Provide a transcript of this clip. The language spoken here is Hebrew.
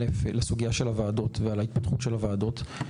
אחד, לסוגיה של הוועדות ועל ההתפתחות של הוועדות.